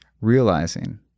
realizing